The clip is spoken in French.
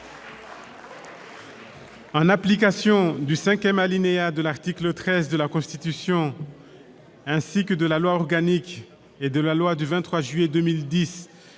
En application du cinquième alinéa de l'article 13 de la Constitution, ainsi que de la loi organique n° 2010-837 et de la loi n° 2010-838 du 23 juillet 2010